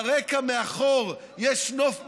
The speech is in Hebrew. וברקע מאחור יש נוף מדהים.